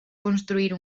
construir